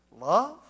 Love